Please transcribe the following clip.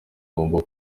igomba